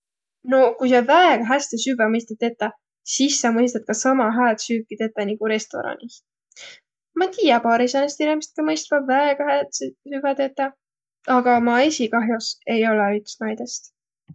No ku sa väega häste süvväq mõistat tetäq, sis sa mõistat ka sama hääd süüki tetäq nigu restoraanih. Ma tiiä paari säänest inemist, kiä mõistvaq väega hääd süüki ka tetäq, aga ma esiq kah'os ei olõq üts naidõst.